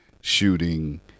shooting